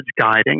guiding